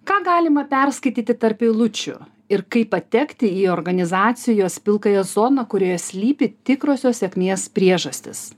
ką galima perskaityti tarp eilučių ir kaip patekti į organizacijos pilkąją zoną kurioje slypi tikrosios sėkmės priežastys